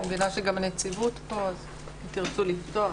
אני מבינה שגם הנציבות פה אם תרצו לפתוח.